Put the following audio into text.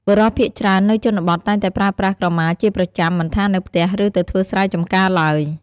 បុរសភាគច្រើននៅជនបទតែងតែប្រើប្រាស់ក្រមាជាប្រចាំមិនថានៅផ្ទះ ឬទៅធ្វើស្រែចំការឡើយ។